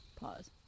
pause